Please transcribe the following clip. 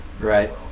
Right